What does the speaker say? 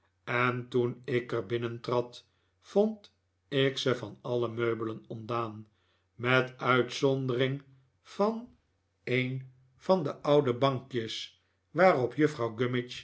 en toen ik er binnentrad vond ik ze van alle meubelen ontdaan met uitzondering van een van de oude bankjes waarop juffrouw